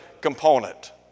component